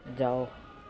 ਜਾਓ